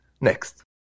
Next